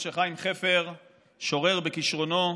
כמו שחיים חפר שורר בכישרונו,